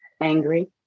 Angry